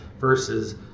versus